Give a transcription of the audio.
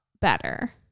better